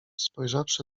spojrzawszy